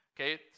okay